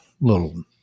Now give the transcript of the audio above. little